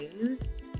news